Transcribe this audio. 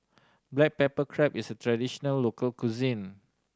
black pepper crab is a traditional local cuisine